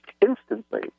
instantly